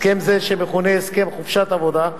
הסכם זה, שמכונה "הסכם חופשת עבודה",